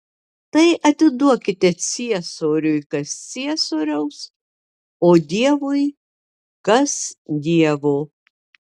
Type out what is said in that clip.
tad atiduokite ciesoriui kas ciesoriaus o dievui kas dievo